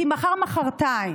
כי מחר או מוחרתיים,